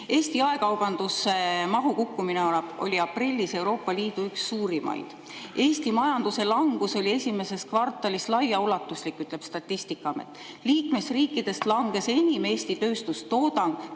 jaekaubanduse mahu kukkumine oli aprillis Euroopa Liidu üks suurimaid. Eesti majanduse langus oli esimeses kvartalis laiaulatuslik, ütleb Statistikaamet. Liikmesriikidest langes enim Eesti tööstustoodang,